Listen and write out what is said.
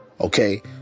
okay